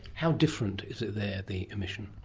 how different is it there, the emission?